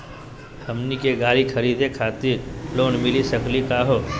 हमनी के गाड़ी खरीदै खातिर लोन मिली सकली का हो?